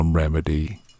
Remedy